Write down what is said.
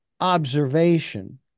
observation